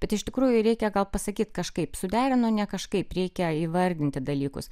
bet iš tikrųjų reikia gal pasakyt kažkaip suderinu ne kažkaip reikia įvardinti dalykus